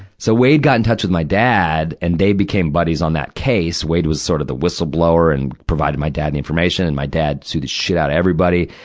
so wade got in touch with my dad, and they became buddies on that case. wade was sort of the whistleblower and provided my dad the information. and my dad sued the shit out of everybody.